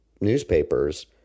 newspapers